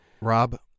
Rob